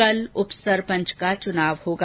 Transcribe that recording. कल उपसरपंच का चुनाव होगा